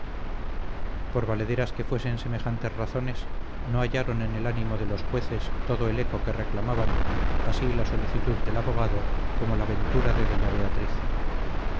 por valederas que fuesen semejantes razones no hallaron en el ánimo de los jueces todo el eco que reclamaban así la solicitud del abogado como la ventura de doña beatriz